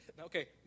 okay